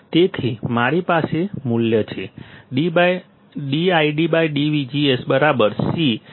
તેથી મારી પાસે મૂલ્ય છે dID dVGS C VGS - C